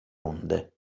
onde